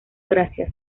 gracias